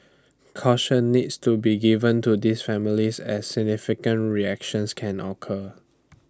caution needs to be given to these families as significant reactions can occur